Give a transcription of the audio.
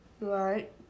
Right